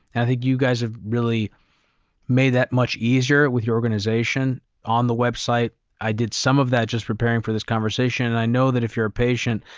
i think you guys have really made that much easier with your organization on the website. i did some of that just preparing for this conversation and i know that if you're a patient,